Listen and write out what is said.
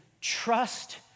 trust